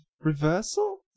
reversal